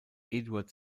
eduard